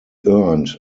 earned